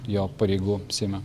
jo pareigų seime